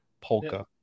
polka